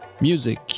Music